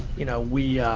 you know, we